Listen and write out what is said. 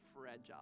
fragile